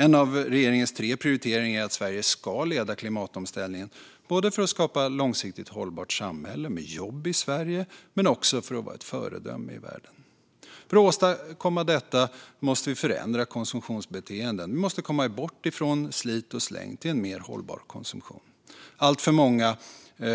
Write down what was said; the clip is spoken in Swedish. En av regeringens tre prioriteringar är att Sverige ska leda klimatomställningen, både för att skapa ett långsiktigt hållbart samhälle med jobb i Sverige och för att vara ett föredöme i världen. För att åstadkomma detta måste vi förändra konsumtionsbeteenden. Vi måste komma bort från slit och släng och gå mot en mer hållbar konsumtion. Alltför många